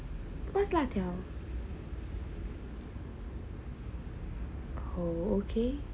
what is 辣条